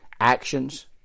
actions